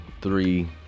three